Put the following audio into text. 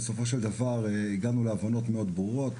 שבסופם הגענו להבנות מאוד ברורות,